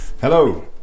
Hello